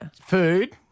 food